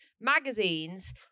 magazines